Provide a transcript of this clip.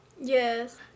Yes